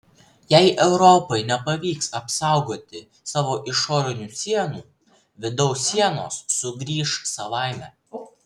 jei europai nepavyks apsaugoti savo išorinių sienų vidaus sienos sugrįš savaime